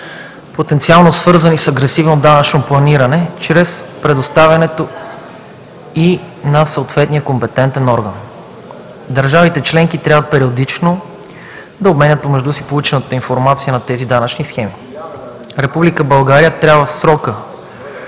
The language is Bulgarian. потенциално свързани с агресивно данъчно планиране, чрез предоставянето ѝ на съответния компетентен орган. Държавите членки трябва периодично да обменят помежду си получената информация за тези данъчни схеми. Република